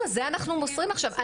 לא, את זה אנחנו מוסרים עכשיו.